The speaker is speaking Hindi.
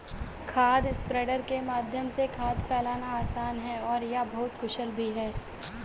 खाद स्प्रेडर के माध्यम से खाद फैलाना आसान है और यह बहुत कुशल भी है